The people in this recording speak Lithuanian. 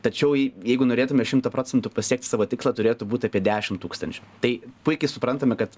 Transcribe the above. tačiau jeigu norėtume šimtą procentų pasiekti savo tikslą turėtų būt apie dešim tūkstančių tai puikiai suprantame kad